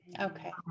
Okay